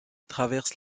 traverse